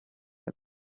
said